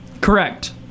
Correct